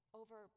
over